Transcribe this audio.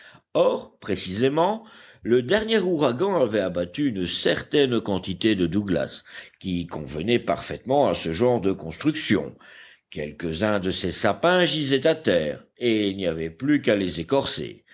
or précisément le dernier ouragan avait abattu une certaine quantité de douglas qui convenaient parfaitement à ce genre de construction quelques-uns de ces sapins gisaient à terre et il n'y avait plus qu'à les écorcer